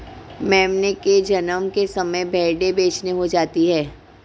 मेमने के जन्म के समय भेड़ें बेचैन हो जाती हैं